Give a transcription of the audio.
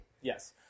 Yes